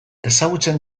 ezagutzen